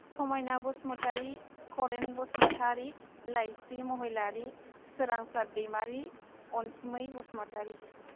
Samaina Basumatary Kharen Basumatary Laisri Mahilary Sorangsat Daimary Ansumai Basumatary